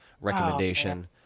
recommendation